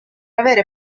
avere